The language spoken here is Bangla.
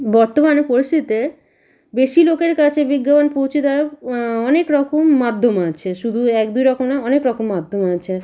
বর্তমানে পরিস্থিতিতে বেশি লোকের কাছে বিজ্ঞাপন পৌঁছে দেওয়ার অনেক রকম মাধ্যম আছে শুধু এক দুই রকম না অনেক রকম মাধ্যম আছে